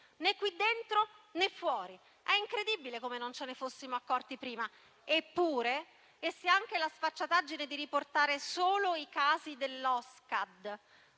né qui dentro né fuori. È incredibile come non ce ne fossimo accorti prima e si ha anche la sfacciataggine di riportare solo i casi dell'OSCAD